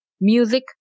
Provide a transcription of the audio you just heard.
music